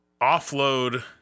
offload